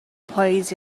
پاییز